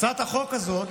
הצעת החוק הזאת,